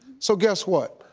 so guess what?